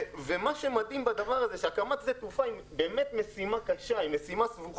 מה שמדהים בדבר הזה הוא שהקמת שדה תעופה היא באמת משימה קשה וסבוכה.